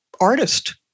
artist